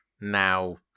now